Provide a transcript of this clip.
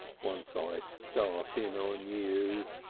once i start in on you.